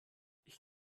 ich